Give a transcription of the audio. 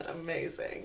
Amazing